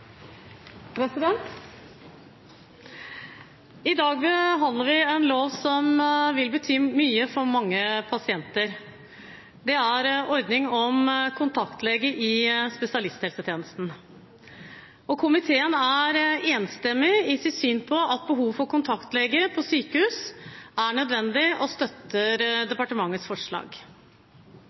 vedtatt. I dag behandler vi en lov som vil bety mye for mange pasienter – ordning med kontaktlege i spesialisthelsetjenesten – og komiteen er enstemmig i sitt syn på at behovet for kontaktlege på sykehus er nødvendig, og støtter departementets forslag.